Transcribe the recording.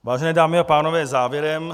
Vážené dámy a pánové, závěrem.